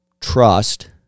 trust